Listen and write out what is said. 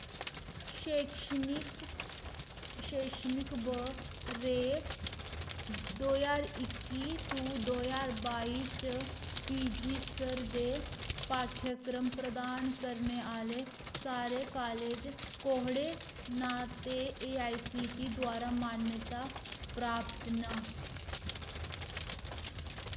शैक्षणिक शैश्निक ब'रे दो ज्हार इक्की टू दो ज्हार बाई च पीजी स्तर दे पाठ्यक्रम प्रदान करने आह्ले सारे कालेज केह्ड़े ना ते एह् आई सी टी ई द्वारा मान्यता प्राप्त न